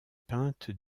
peinte